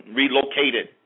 relocated